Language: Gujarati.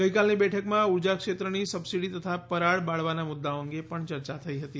ગઈકાલની બેઠકમાં ઉર્જા ક્ષેત્રની સબસિડી તથા પરાળ બાળવાના મુદ્દાઓ અંગે પણ ચર્ચા થઈ હતી